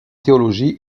théologie